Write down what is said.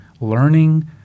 learning